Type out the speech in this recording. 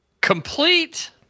Complete